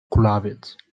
kulawiec